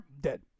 Dead